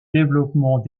développement